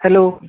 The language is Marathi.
हॅलो